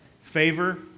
favor